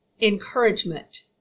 encouragement